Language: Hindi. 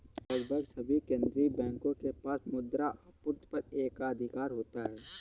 लगभग सभी केंदीय बैंकों के पास मुद्रा आपूर्ति पर एकाधिकार होता है